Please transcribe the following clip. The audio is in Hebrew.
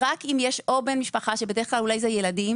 אלא אם יש בן משפחה בדרך כלל אלה הילדים,